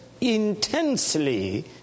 intensely